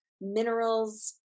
minerals